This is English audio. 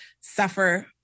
suffer